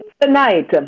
tonight